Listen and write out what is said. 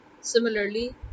Similarly